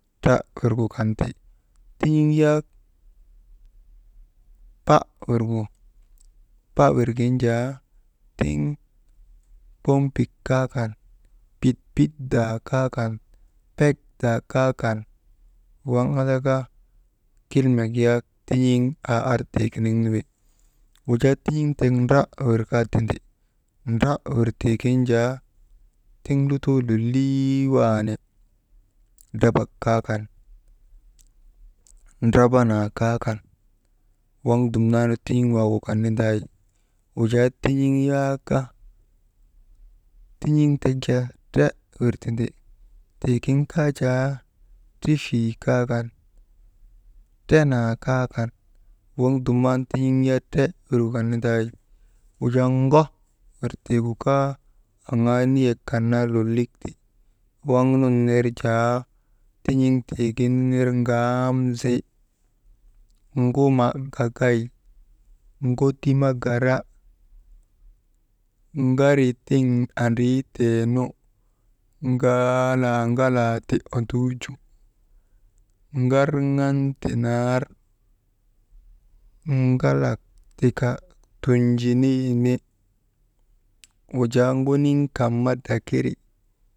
Tra irgu kan ti, tin̰iŋ yak pa wirgu, pa wirgu kan jaa, tiŋ pompik kaa kan, pitpitdaa kaa kan, pekdaa kaa kan, waŋ andaka, kilmek yak yak tin̰iŋ aa ar tiginiŋ nu wi. Wujaa tin̰iŋ tek ndr wir kaa tindi, ndr wir tii gin jaa tiŋ lotoo loliii waani, darbak kaa kan, ndrabanaa kaa kan, waŋ dumnan tin̰iŋ waagu kan nindaa wi. Wujaa tin̰iŋ yak tin̰iŋ tek jaa tr aa wir tindi, tiigin kaa jaa trifii kaa kan, trenaa kaa kan waŋ dumnan tin̰iŋ yak tr aa wirgu kan nindaa wi. Wujaa ŋ wir tii gu kaa anŋaa niyek kan naa lolik ti, waŋ nun ner jaa tin̰iŋ tiigin ner ŋaamzi, ŋuma gagay ŋoti ma gara, ŋari tiŋ andriitee nu, ŋalaa, ŋalaa ti onduuju, ŋarŋan ti naar, ŋalak tika tunjuniini, wujaa ŋoniŋ kan ma drakiri.